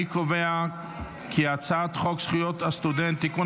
אני קובע כי הצעת חוק זכויות הסטודנט (תיקון,